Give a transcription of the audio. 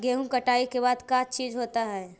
गेहूं कटाई के बाद का चीज होता है?